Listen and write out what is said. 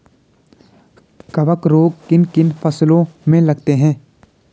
कवक रोग किन किन फसलों में लगते हैं?